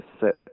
set